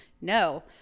No